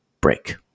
break